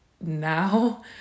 now